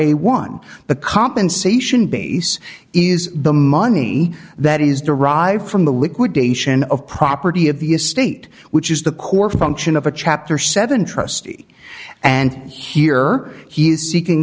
a one the compensation base is the money that is derived from the liquidation of property of the estate which is the core function of a chapter seven trustee and here he is seeking